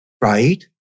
right